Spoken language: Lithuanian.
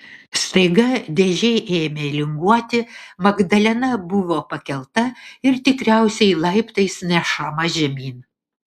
staiga dėžė ėmė linguoti magdalena buvo pakelta ir tikriausiai laiptais nešama žemyn